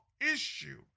issue